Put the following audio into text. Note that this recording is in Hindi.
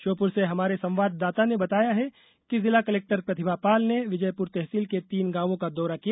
श्योपुर से हमारे संवाददाता ने बताया है कि जिला कलेक्टर प्रतिभा पाल ने विजयपुर तहसील के तीन गांवों का दौरा किया